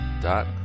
dot